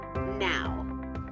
now